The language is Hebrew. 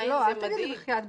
אל תגיד לי בחייאת.